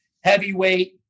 Heavyweight